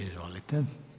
Izvolite.